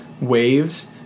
waves